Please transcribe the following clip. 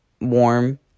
warm